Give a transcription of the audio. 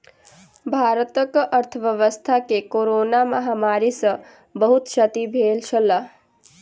भारतक अर्थव्यवस्था के कोरोना महामारी सॅ बहुत क्षति भेल छल